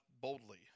boldly